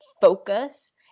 focus